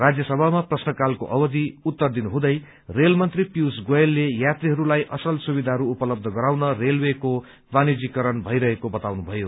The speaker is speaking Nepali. राज्यसभामा प्रश्नकालको अवधि उत्तर दिनुहुँदै रेलमन्त्री पीयुष गोयलले यात्रीहरूलाई असल सुविधाहरू उपलब्ध गराउन रेलवेको वाणिज्यीकरण भइरहेको बताउनुभयो